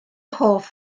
hoff